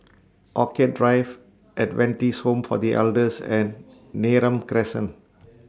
Orchid Drive Adventist Home For The Elders and Neram Crescent